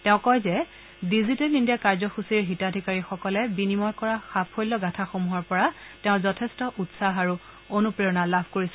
তেওঁ কয় যে ডিজিটেল ইণ্ডিয়া কাৰ্য্যসূচীৰ হিতাধিকাৰীসকলে বিনিময় কৰা সাফল্যগাঁথাসমূহৰ পৰা তেওঁ যথেষ্ট উৎসাহ আৰু অনুপ্ৰেৰণা লাভ কৰিছে